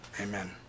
amen